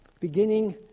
beginning